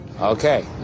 okay